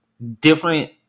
Different